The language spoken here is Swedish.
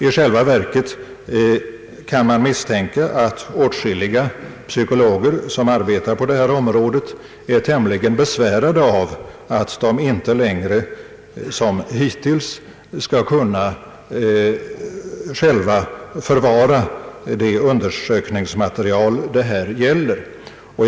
I själva verket kan man misstänka att åtskilliga psykologer som arbetar på detta område är tämligen besvärade av att de inte längre som hittills skall kunna själva förvara det undersökningsmaterial som det här är fråga om.